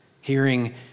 hearing